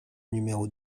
numéro